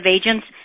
agents